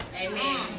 Amen